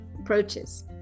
approaches